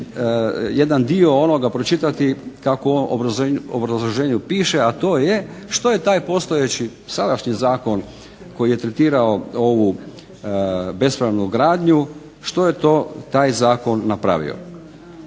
jedan dio onoga, pročitati kako on u obrazloženju piše, a to je što je taj postojeći sadašnji zakon koji je tretirao ovu bespravnu gradnju što je to taj zakon napravio.